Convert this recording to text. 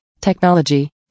technology